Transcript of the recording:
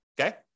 okay